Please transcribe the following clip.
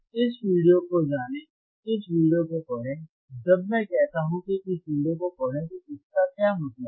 इस वीडियो को जानें इस वीडियो को पढ़ें जब मैं कहता हूं कि इस वीडियो को पढ़ें तो इसका क्या मतलब है